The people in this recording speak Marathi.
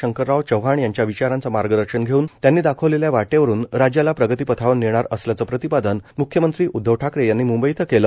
शंकरराव चव्हाण यांच्या विचारांचे मार्गदर्शन घेऊन त्यांनी दाखवलेल्या वाटेवरून राज्याला प्रगतीपथावर नेणार असल्याचं प्रतिपादन मुख्यमंत्री उद्धव ठाकरे यांनी मुंबई इथं केलं